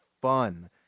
fun